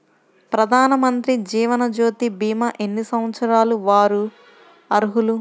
ప్రధానమంత్రి జీవనజ్యోతి భీమా ఎన్ని సంవత్సరాల వారు అర్హులు?